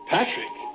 Patrick